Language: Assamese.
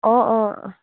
অঁ অঁ